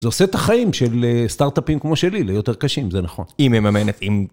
זה עושה את החיים של סטארט-אפים כמו שלי ליותר קשים, זה נכון. היא ממנת, אם...